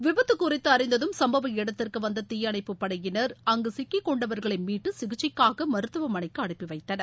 விபத்து குறித்து அறிந்ததம் சம்பவ இடத்திற்கு வந்த தீயணைப்பு படையினர் அங்கு சிக்கிக் கொண்டவர்களை மீட்டு சிகிச்சைக்காக மருத்துவமனைக்கு அனுப்பி வைத்தனர்